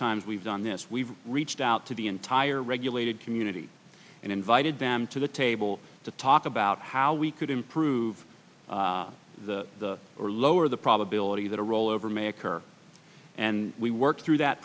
times we've done this we've reached out to the entire regulated community and invited them to the table to talk about how we could improve the or lower the probability that a rollover may occur and we worked through that